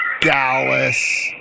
Dallas